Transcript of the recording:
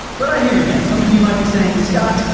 but i hear you guys, some of you might be saying, scott,